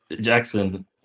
Jackson